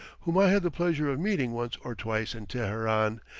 whom i had the pleasure of meeting once or twice in teheran,